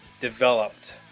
developed